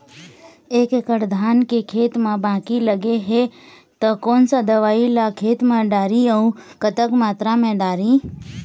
एक एकड़ धान के खेत मा बाकी लगे हे ता कोन सा दवई ला खेत मा डारी अऊ कतक मात्रा मा दारी?